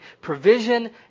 provision